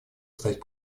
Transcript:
стать